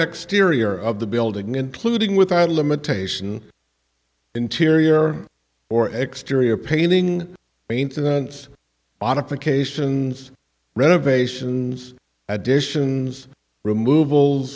exterior of the building including without limitation interior or exterior painting maintenance on occasions renovations additions removal